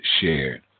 shared